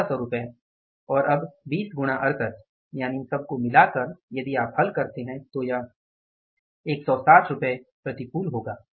1200 रुपए और अब 20 गुणा 68 यानी सबको मिलाकर यदि आप हल करते हैं तो यह 160 प्रतिकूल होगा